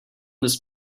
this